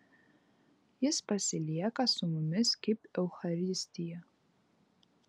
jis pasilieka su mumis kaip eucharistija